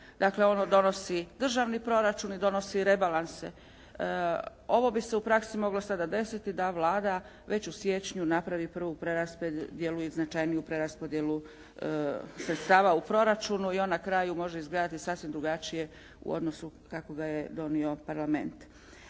dakle ono donosi državni proračun i donosi rebalanse. Ovo bi se u praksi moglo sada desiti da Vlada već u siječnju napravi prvu preraspodjelu i značajniju preraspodjelu sredstava u proračunu i on na kraju može izgledati sasvim drugačije u odnosu kako ga je donio Parlament.